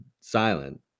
silent